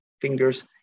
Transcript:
fingers